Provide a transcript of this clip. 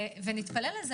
נתפלל לזה.